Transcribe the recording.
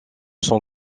son